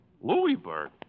Louisburg